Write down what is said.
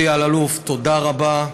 אלי אלאלוף, תודה רבה.